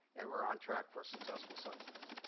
and we are on track for successful census.